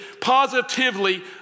positively